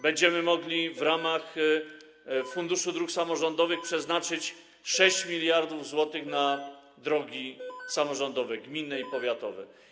Będziemy mogli w ramach Funduszu Dróg Samorządowych przeznaczyć 6 mld zł na drogi samorządowe: gminne i powiatowe.